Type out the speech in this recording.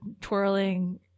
twirling